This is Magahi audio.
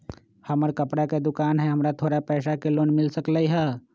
हमर कपड़ा के दुकान है हमरा थोड़ा पैसा के लोन मिल सकलई ह?